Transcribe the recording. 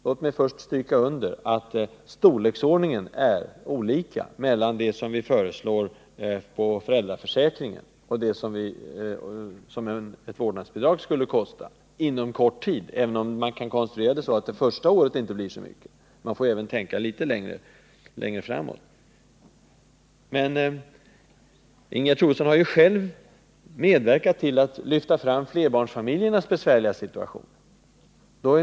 Låt mig först stryka under att det är skillnad på storleksordningen när det gäller det som vi föreslår på föräldraförsäkringens område och det som ett vårdnadsbidrag på kort sikt skulle kosta. Visserligen kan man konstruera bidraget så, att kostnaderna inte blir så stora under det första året, men man får ju tänka litet längre framåt. Ingegerd Troedsson har medverkat till att lyfta fram flerbarnsfamiljernas besvärliga situation.